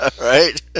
Right